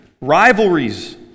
Rivalries